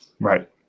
Right